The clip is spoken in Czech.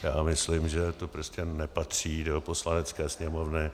Já myslím, že to prostě nepatří do Poslanecké sněmovny.